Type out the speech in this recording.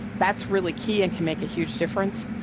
that's really key and can make a huge difference,